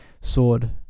sword